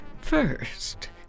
First